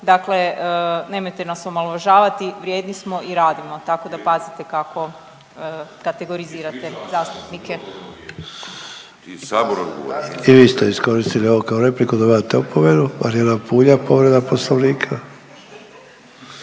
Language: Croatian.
dakle nemojte nas omalovažavati, vrijedni smo i radimo, tako da pazite kako kategorizirate zastupnike. **Sanader, Ante (HDZ)** I vi ste iskoristili ovo kao repliku, dobivate opomenu. Marijana Puljak povreda poslovnika.